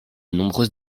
nombreuses